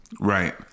Right